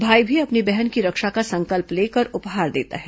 भाई भी अपनी बहन की रक्षा का संकल्प लेकर उपहार देता है